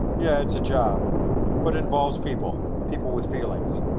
yeah, it's a job but it involves people. people with feelings.